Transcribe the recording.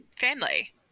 family